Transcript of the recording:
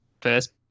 first